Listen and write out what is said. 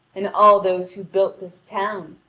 and all those who built this town!